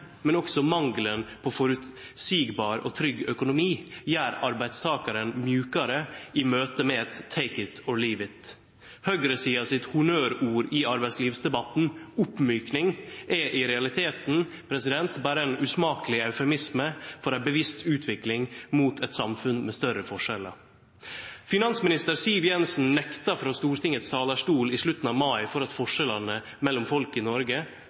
men også mangelen på føreseieleg og trygg økonomi gjer arbeidstakaren mjukare i møte med eit «take it or leave it». Høgresida sitt honnørord i arbeidslivsdebatten, oppmjuking, er i realiteten berre ein usmakeleg eufemisme for ei bevisst utvikling mot eit samfunn med større forskjellar. Finansminister Siv Jensen nekta frå Stortingets talarstol i slutten av mai for at forskjellane mellom folk i Noreg